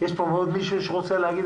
יש פה עוד מישהו שרוצה להגיד